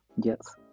Yes